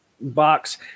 box